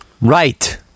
right